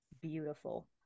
beautiful